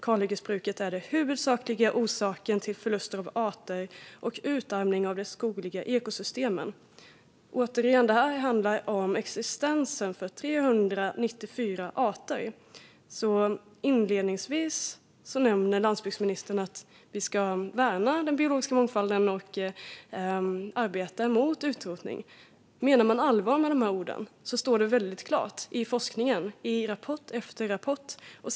Kalhyggesbruket är den huvudsakliga orsaken till förlusten av arter och utarmningen av de skogliga ekosystemen. Det handlar, återigen, om existensen för 394 arter. Inledningsvis nämnde landsbygdsministern att vi ska värna den biologiska mångfalden och arbeta mot utrotning. Menar han allvar med dessa ord står det väldigt klart i forskningen och i rapport efter rapport hur det ligger till.